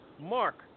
Mark